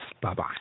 Bye-bye